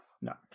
No